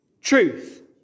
truth